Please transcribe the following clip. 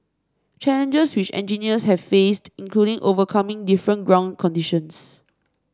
challenges which engineers have faced include overcoming different ground conditions